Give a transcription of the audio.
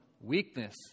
weakness